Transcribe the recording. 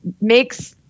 makes